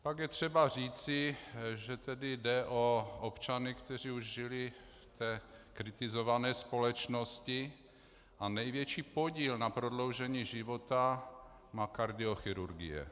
Pak je třeba říci, že jde o občany, kteří už žili v té kritizované společnosti, a největší podíl na prodloužení života má kardiochirurgie.